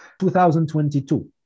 2022